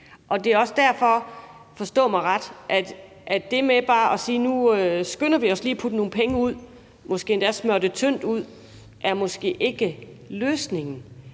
og det er også derfor – forstå mig ret – at det med bare at sige, at nu skynder vi os lige at putte nogle penge ud, måske endda ved at smøre det tyndt ud, måske er ikke løsningen.